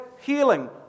healing